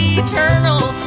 Eternal